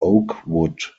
oakwood